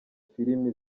filimi